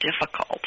difficult